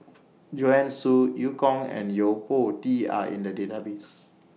Joanne Soo EU Kong and Yo Po Tee Are in The Database